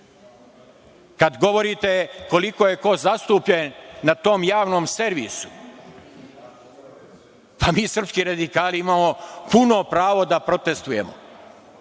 govorite koliko je ko zastupljen na tom Javnom servisu, mi srpski radikali imamo puno pravo da protestvujemo.